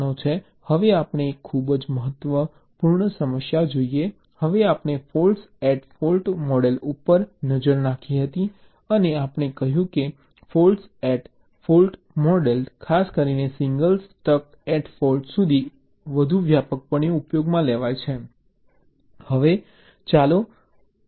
હવે આપણે એક ખૂબ જ મહત્વપૂર્ણ સમસ્યા જોઈએ હવે આપણે ફૉલ્ટ એટ ફૉલ્ટ મૉડલ ઉપર નજર નાખી હતી અને આપણે કહ્યું છે કે ફૉલ્ટ એટ ફૉલ્ટ ખાસ કરીને સિંગલ સ્ટક ઍટ ફૉલ્ટ સૌથી વધુ વ્યાપકપણે ઉપયોગમાં લેવાય છે